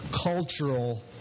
cultural